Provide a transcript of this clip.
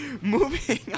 moving